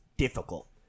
difficult